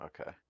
Okay